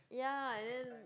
ya and then